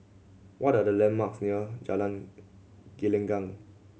what are the landmarks near Jalan Gelenggang